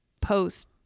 post